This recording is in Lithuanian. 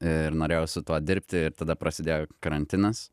ir norėjau su tuo dirbti ir tada prasidėjo karantinas